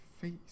face